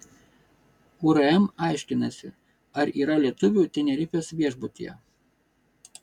urm aiškinasi ar yra lietuvių tenerifės viešbutyje